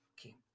Okay